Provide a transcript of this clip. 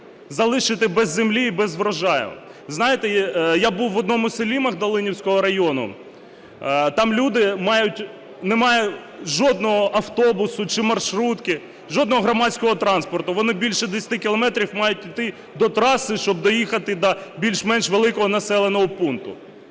залишити без землі і без врожаю. Знаєте, я був в одному селі Магдалинівського району, там люди… немає жодного автобуса чи маршрутки, жодного громадського транспорту, вони більше 10 кілометрів мають іти до траси, щоб доїхати до більш-менш великого населеного пункту.